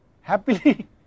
happily